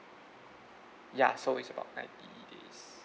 ya so it's about ninety days